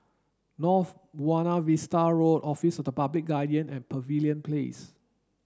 North Buona Vista Road Office of the Public Guardian and Pavilion Place